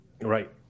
Right